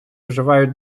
вживають